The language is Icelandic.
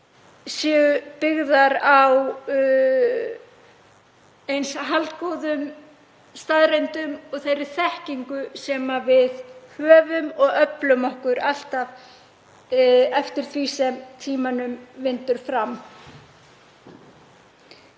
séu byggðar á eins haldgóðum staðreyndum og þeirri þekkingu sem við öflum okkur alltaf eftir því sem tímanum vindur fram.